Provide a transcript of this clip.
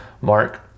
mark